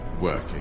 Working